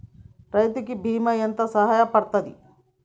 రైతు కి బీమా ఎంత సాయపడ్తది?